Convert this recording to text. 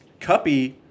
Cuppy